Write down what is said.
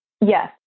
Yes